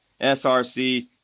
SRC